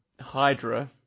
Hydra